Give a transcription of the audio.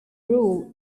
rule